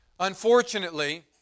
Unfortunately